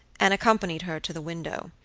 and accompanied her to the window.